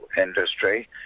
industry